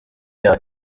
yayo